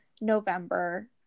November